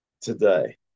today